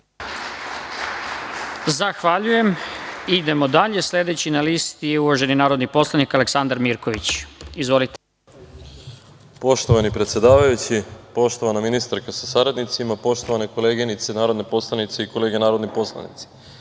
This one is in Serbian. Zahvaljujem. Idemo dalje. Sledeći na listi je uvaženi narodni poslanik Aleksandar Mirković. Izvolite. **Aleksandar Mirković** Poštovani predsedavajući, poštovana ministarko sa saradnicima, poštovane koleginice narodne poslanice i kolege narodni poslanici,